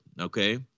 okay